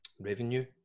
revenue